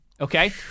okay